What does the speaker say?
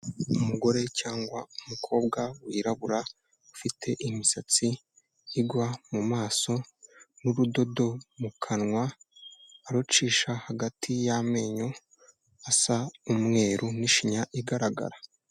Umugore cyangwa umukobwa wirabura, ufite imisatsi igwa mu maso n'urudodo mu kanwa, arucisha hagati y'amenyo asa umweru n'ishinya igaragara.